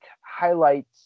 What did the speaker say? highlights